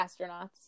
astronauts